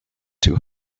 too